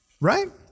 right